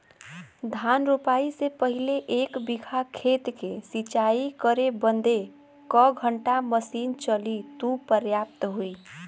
धान रोपाई से पहिले एक बिघा खेत के सिंचाई करे बदे क घंटा मशीन चली तू पर्याप्त होई?